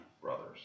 brothers